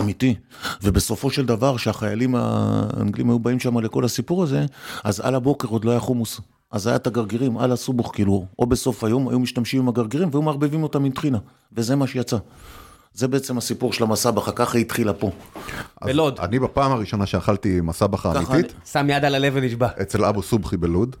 אמיתי, ובסופו של דבר, כשהחיילים האנגלים היו באים שם לכל הסיפור הזה, אז על הבוקר עוד לא היה חומוס, אז היה את הגרגירים, על הסובוך, כאילו, או בסוף היום היו משתמשים עם הגרגירים והיו מערבבים אותם עם טחינה, וזה מה שיצא. זה בעצם הסיפור של המסבחה, ככה התחילה פה. בלעוד. אני בפעם הראשונה שאכלתי מסבחה אמיתית, שם יד על הלב ונשבע. אצל אבו סובחי בלוד.